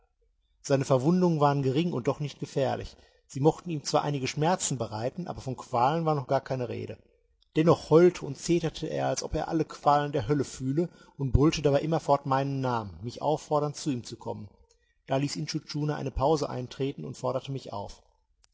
seine verwundungen waren gering und noch nicht gefährlich sie mochten ihm zwar einige schmerzen bereiten aber von qualen war noch gar keine rede dennoch heulte und zeterte er als ob er alle qualen der hölle fühle und brüllte dabei immerfort meinen namen mich auffordernd zu ihm zu kommen da ließ intschu tschuna eine pause eintreten und forderte mich auf